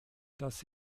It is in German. dass